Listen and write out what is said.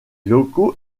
locaux